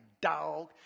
dog